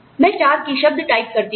मैं 4 की शब्दटाइप करती हूं